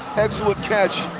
excellent catch.